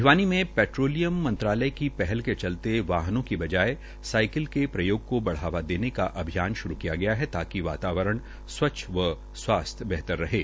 भिवानी में पैट्रोलियम मंत्रालय की पहल के चलते वाहनों की बजाय साईकिल के प्रयोग को बढ़ावा देने का अभियान शुरू किया हैं ताकि वातावरण स्वच्छ करना व स्वास्थ्य को बेहतर रहें